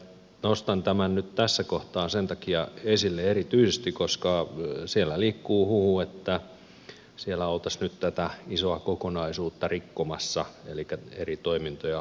nostan tämän nyt tässä kohtaa esille erityisesti sen takia että siellä liikkuu huhu että siellä oltaisiin nyt tätä isoa kokonaisuutta rikkomassa elikkä eri toimintoja hajauttamassa